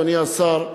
אדוני השר,